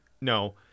No